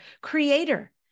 creator